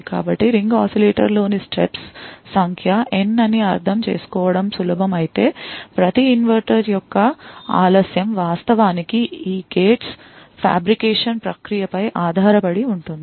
కాబట్టి ring oscillator లోని steps సంఖ్య n అని అర్థం చేసుకోవడం సులభం అయితే ప్రతి ఇన్వర్టర్ యొక్క ఆలస్యం వాస్తవానికి ఈ gates కల్పన ప్రక్రియ పై ఆధారపడి ఉంటుంది